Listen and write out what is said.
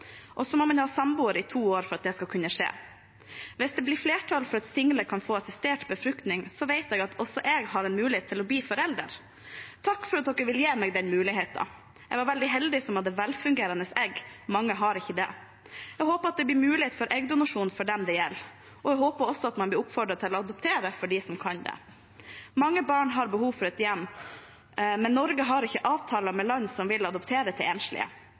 må ha samboer i to år for at det skal kunne skje. Hvis det blir flertall for at single kan få assistert befruktning, vet jeg at også jeg har en mulighet til å bli forelder. Takk for at dere vil gi meg den muligheten. Jeg er veldig heldig som hadde velfungerende egg. Mange har ikke det. Jeg håper at det blir mulighet for eggdonasjon for dem dette gjelder. Jeg håper også at man blir oppfordret til å adoptere for dem som kan det. Mange barn har behov for et hjem, men Norge har ikke avtaler med land som vil adoptere til enslige.